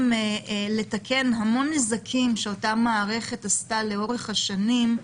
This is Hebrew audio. לתקן המון נזקים שאותה מערכת עשתה לאורך השנים,